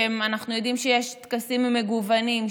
שאנחנו יודעים שיש טקסים מגוונים,